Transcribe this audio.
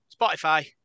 Spotify